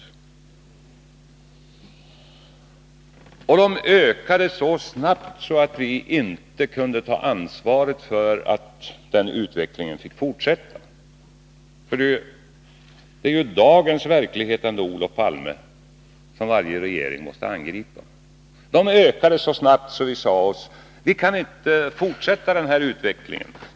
Ja, budgetunderskotten ökade så snabbt att vi inte kunde ta ansvaret för att låta den utvecklingen fortsätta — det är ju ändå, Olof Palme, dagens verklighet som varje regering måste angripa. De ökade så snabbt att vi sade oss: Vi kan inte låta den här utvecklingen fortsätta.